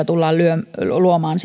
tullaan luomaan